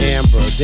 Amber